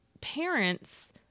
parents